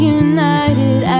united